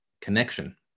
connection